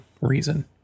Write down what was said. reason